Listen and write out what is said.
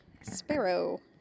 Sparrow